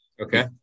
Okay